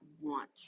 want